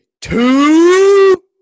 two